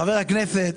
חבר הכנסת,